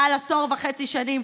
מעל עשור וחצי שנים,